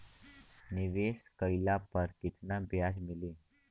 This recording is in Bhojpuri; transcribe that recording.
निवेश काइला पर कितना ब्याज मिली?